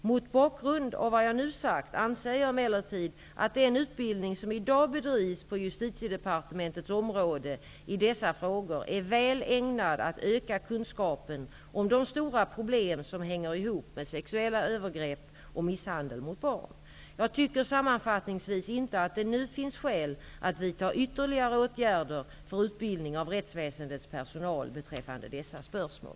Mot bakgrund av vad jag nu sagt anser jag emellertid att den utbildning som i dag bedrivs på Justitiedepartementets område i dessa frågor är väl ägnad att öka kunskapen om de stora problem som hänger ihop med sexuella övergrepp och misshandel mot barn. Jag tycker sammanfattningsvis inte att det nu finns skäl att vidta ytterligare åtgärder för utbildning av rättsväsendets personal beträffande dessa spörsmål.